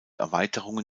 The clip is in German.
erweiterungen